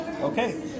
Okay